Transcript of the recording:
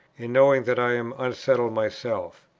in knowing that i am unsettled myself.